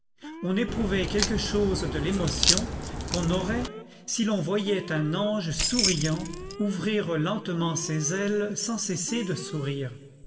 on éprouvait quelque chose de l'émotion qu'on aurait si l'on voyait un ange souriant ouvrir lentement ses ailes sans cesser de sourire